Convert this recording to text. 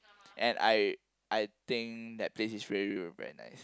and I I think that place is really really very nice